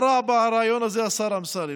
מה רע ברעיון הזה, השר אמסלם?